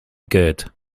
good